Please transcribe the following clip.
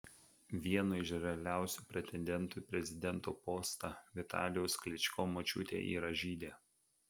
vieno iš realiausių pretendentų į prezidento postą vitalijaus klyčko močiutė yra žydė